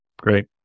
great